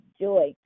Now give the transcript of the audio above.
joy